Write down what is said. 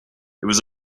was